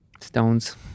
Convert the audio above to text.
Stones